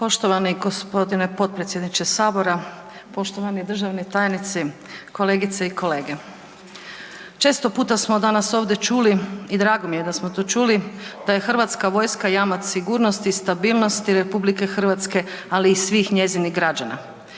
Poštovani g. potpredsjedniče Sabora, poštovani državni tajnici, kolegice i kolege. Često puta smo danas ovdje čuli i drago mi je da smo to čuli da je Hrvatska vojska jamac sigurnosti, stabilnosti RH, ali i svih njezinih građana.